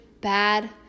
bad